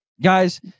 Guys